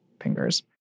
fingers